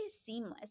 seamless